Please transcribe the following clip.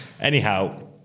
anyhow